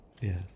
Yes